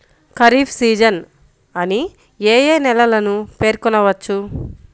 Kharif season అని ఏ ఏ నెలలను పేర్కొనవచ్చు?